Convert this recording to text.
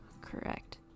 Correct